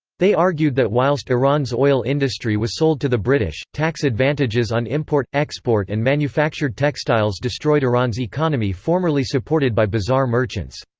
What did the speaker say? they argued that whilst iran's oil industry was sold to the british, tax advantages on import export and manufactured textiles destroyed iran's economy formerly supported by bazaar merchants.